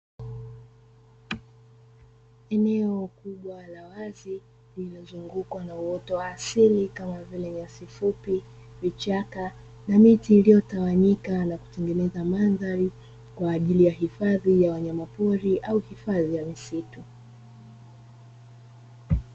Eneo kubwa la wazi lililozungukwa na uoto wa asili kama vile; nyasi fupi, vichaka na miti iliyotawanyika na kutengeneza mandhari, kwa ajili ya hifadhi ya wanyama pori au hifadhi ya misitu.